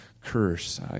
curse